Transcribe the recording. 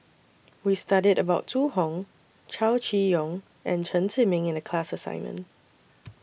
We studied about Zhu Hong Chow Chee Yong and Chen Zhiming in The class assignment